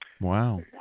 wow